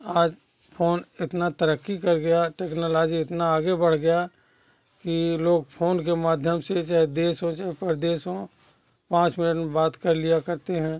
आज फोन इतना तरक्की कर गया टेक्नोलॉजी इतना आगे बढ़ गया कि लोग फोन के माध्यम से चाहे देश हो चाहे प्रदेश हो पाँच मिनट में बात कर लिया करते हैं